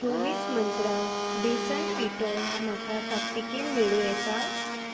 चोव्वीस मंत्रा बेसन पिठो म्हाका ताकतिकेन मेळूं येता